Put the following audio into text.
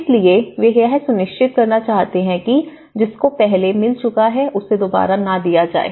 इसलिए वे यह सुनिश्चित करना चाहते हैं कि जिसको पहले मिल चुका है उसे दोबारा ना दिया जाए